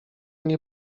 nie